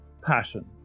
passion